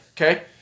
Okay